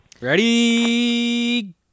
Ready